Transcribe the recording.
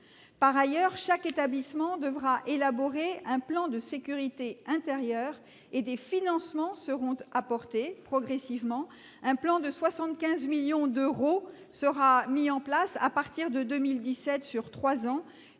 Par ailleurs, chaque établissement devra élaborer un plan de sécurité intérieure. Des financements seront apportés progressivement : un plan de 75 millions d'euros sur trois ans sera mis en place à partir de 2017. Ces